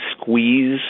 squeeze